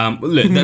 Look